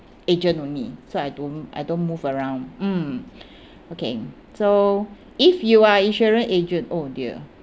agent only so I don't I don't move around mm okay so if you are insurance agent oh dear